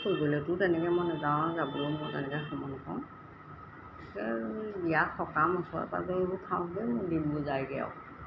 গ'লেতো তেনেকৈ মই নেযাওঁ আৰু যাবলৈয়ো মই তেনেকৈ সময় নেপাওঁ আছে ইয়াত সকাম ওচৰে পাঁজৰে এইবোৰ খাওঁতেই দিনবোৰ যায়গৈ আৰু